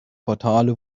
portale